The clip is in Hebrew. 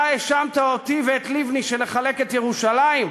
אתה האשמת אותי ואת לבני שנחלק את ירושלים?